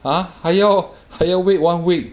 !huh! 还要还要 wait one week